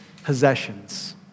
possessions